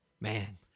Man